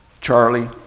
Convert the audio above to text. Charlie